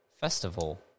festival